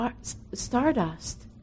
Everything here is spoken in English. stardust